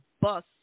bus